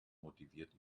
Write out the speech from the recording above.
motiviert